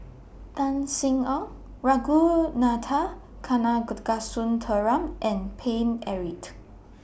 Tan Sin Aun Ragunathar Kanagasuntheram and Paine Eric